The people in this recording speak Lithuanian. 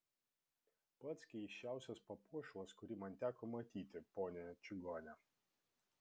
pats keisčiausias papuošalas kurį man teko matyti ponia čigone